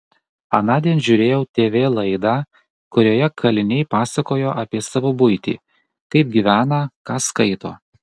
anądien žiūrėjau tv laidą kurioje kaliniai pasakojo apie savo buitį kaip gyvena ką skaito